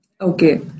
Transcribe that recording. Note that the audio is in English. Okay